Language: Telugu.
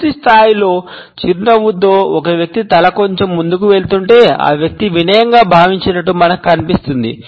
పూర్తిస్థాయిలో చిరునవ్వుతో ఒక వ్యక్తి తల కొంచెం ముందుకు వెళుతుంటే ఆ వ్యక్తి వినయంగా భావిస్తున్నట్లు మనకు కనిపిస్తుంది